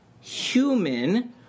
human